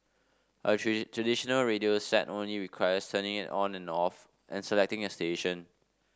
a traditional radio set only requires turning it on or off and selecting a station